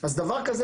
אז דבר כזה,